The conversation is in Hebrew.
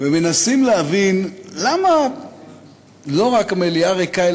ומנסים להבין למה לא רק המליאה ריקה,